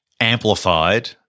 amplified